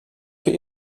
für